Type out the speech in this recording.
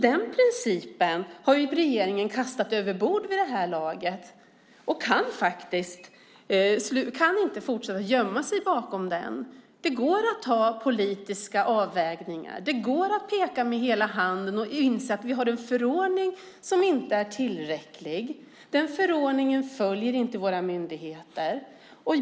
Den princip som ministern talar om har regeringen alltså kastat över bord vid det här laget. Man kan inte fortsätta gömma sig bakom den. Det går att göra politiska avvägningar. Det går att peka med hela handen och inse att vi har en förordning som inte är tillräcklig. Den förordningen följer inte våra myndigheter.